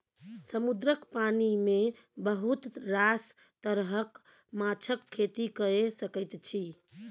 समुद्रक पानि मे बहुत रास तरहक माछक खेती कए सकैत छी